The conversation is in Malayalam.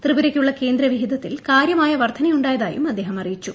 ത്രിപുരയ്ക്കുള്ള കേന്ദ്ര വിഹിതത്തിൽ കാരൃമായ വർധനയുണ്ടായതായും അദ്ദേഹം അറിയിച്ചു